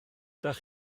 ydych